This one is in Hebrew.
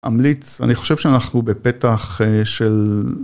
אמליץ, אני חושב שאנחנו בפתח של...